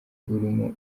urimo